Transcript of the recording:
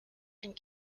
and